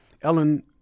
Ellen